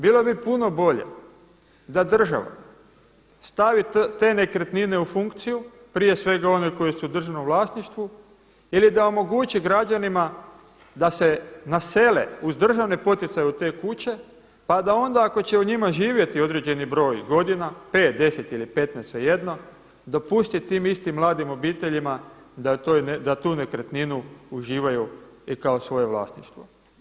Bilo bi puno bolje da država stavi te nekretnine u funkciju, prije svega one koji su u državnom vlasništvu ili da omogući građanima da se nasele uz državne poticaje u te kuće pa da onda ako će u njima živjeti određeni broj godina 5, 10 ili 15 svejedno dopustiti tim istim mladim obiteljima da tu nekretninu uživaju i kao svoje vlasništvo.